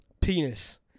penis